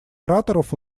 ораторов